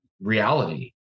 reality